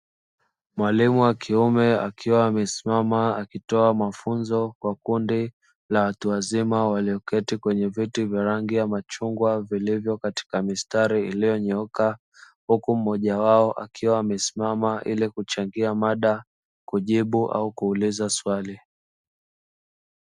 Mwalimu wa kiume, akiwa amesimama, akitoa mafunzo kwa kundi la watu wazima walioketi kwenye viti vya rangi ya machungwa vilivyo katika mistari iliyonyooka, huku mmoja wao akiwa amesimama ili kuchangia mada, kujibu au kuuliza swali.